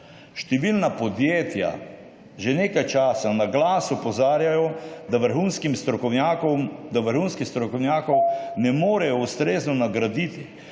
Številna podjetja že nekaj časa na glas opozarjajo, da vrhunskih strokovnjakov ne morejo ustrezno nagraditi.